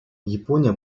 япония